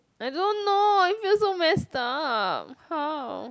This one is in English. I don't know I feel so messed up how